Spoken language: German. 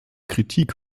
kritik